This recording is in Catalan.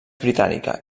britànica